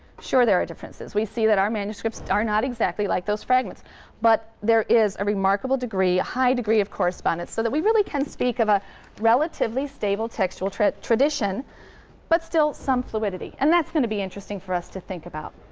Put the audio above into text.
sure there are differences. we see that our manuscripts are not exactly like those fragments, but there is a remarkable degree, a high degree of correspondence so that we really can speak of a relatively stable textual tradition but still some fluidity. and that's going to be interesting for us to think about.